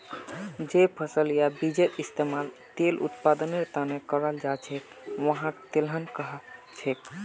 जे फसल या बीजेर इस्तमाल तेल उत्पादनेर त न कराल जा छेक वहाक तिलहन कह छेक